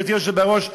גברתי היושבת בראש,